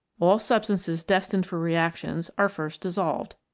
all substances destined for reactions are first dissolved.